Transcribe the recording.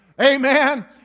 Amen